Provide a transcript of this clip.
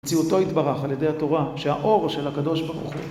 מציאותו התברך על ידי התורה שהאור של הקדוש ברוך הוא.